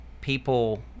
people